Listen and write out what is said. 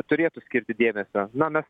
turėtų skirti dėmesio na mes